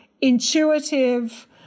intuitive